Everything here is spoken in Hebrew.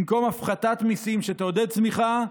במקום הפחתת מיסים שתעודד צמיחה,